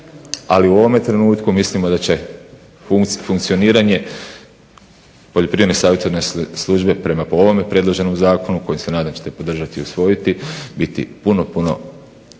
Ali u ovome trenutku mislimo da će funkcioniranje Poljoprivredno savjetodavnoj službe prema ovome predloženom zakonu koje se nadam da ćete podržati i usvojiti, biti puno, puno